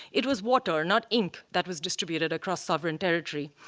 it was water, not ink, that was distributed across sovereign territory.